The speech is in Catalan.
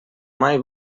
mai